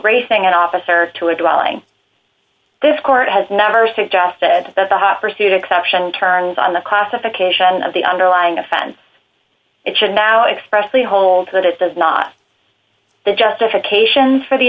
outracing an officer to a dwelling this court has never suggested that the hot pursuit exception turns on the classification of the underlying offense it should now expressly holds that it does not the justification for the